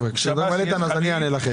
כשמדברים על איתן, אני אומר לכם.